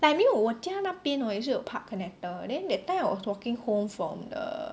like 没有我家那边 hor 也是有 park connector then that time I was walking home from the